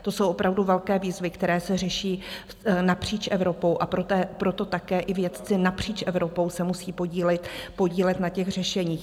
To jsou opravdu velké výzvy, které se řeší napříč Evropou, a proto také i vědci napříč Evropou se musí podílet na těch řešeních.